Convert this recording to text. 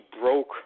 broke